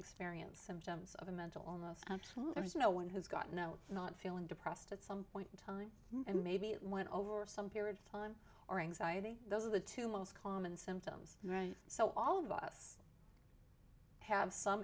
experienced symptoms of a mental illness and there's no one who's got no not feeling depressed at some point in time and maybe it went over some period of time or anxiety those are the two most common symptoms right so all of us have some